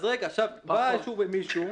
בא עכשיו מישהו